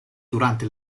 durante